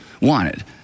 wanted